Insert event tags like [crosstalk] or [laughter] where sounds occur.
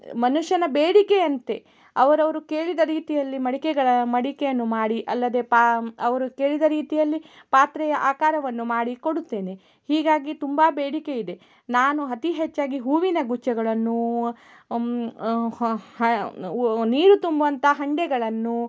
ಮನುಷ್ಯನ ಬೇಡಿಕೆಯಂತೆ ಅವರವರು ಕೇಳಿದ ರೀತಿಯಲ್ಲಿ ಮಡಿಕೆಗಳ ಮಡಿಕೆಯನ್ನು ಮಾಡಿ ಅಲ್ಲದೇ ಪಾ ಅವರು ಕೇಳಿದ ರೀತಿಯಲ್ಲಿ ಪಾತ್ರೆಯ ಆಕಾರವನ್ನು ಮಾಡಿ ಕೊಡುತ್ತೇನೆ ಹೀಗಾಗಿ ತುಂಬ ಬೇಡಿಕೆ ಇದೆ ನಾನು ಅತಿ ಹೆಚ್ಚಾಗಿ ಹೂವಿನ ಗುಚ್ಚಗಳನ್ನೂ [unintelligible] ನೀರು ತುಂಬುವಂಥ ಹಂಡೆಗಳನ್ನೂ